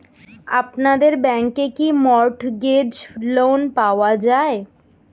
আপনাদের ব্যাংকে কি মর্টগেজ লোন পাওয়া যায়?